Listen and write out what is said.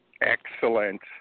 Excellent